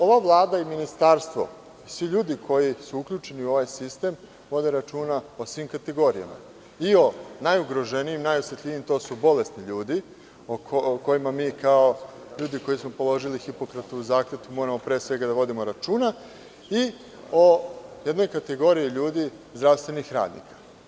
Ova Vlada i Ministarstvo i svi ljudi koji su uključeni u ovaj sistem vode računa o svim kategorijama, i o najugroženijim i najosetljivijim, to su bolesni ljudi, o kojima mi kao ljudi koji smo položili Hipokratovu zakletvu moramo pre svega da vodimo računa, i o jednoj kategoriji ljudi, zdravstvenih radnika.